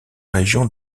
région